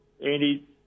Andy